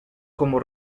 como